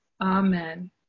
Amen